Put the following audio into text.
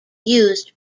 used